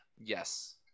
Yes